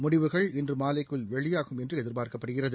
முடிவுகள் இன்று மாலைக்குள் வெளியாகும் என்று எதிர்பார்க்கப்படுகிறது